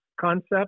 concept